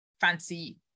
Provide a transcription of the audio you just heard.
fancy